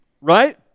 Right